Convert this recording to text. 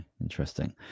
interesting